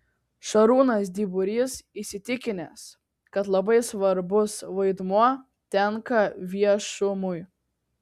šarūnas dyburys įsitikinęs kad labai svarbus vaidmuo tenka viešumui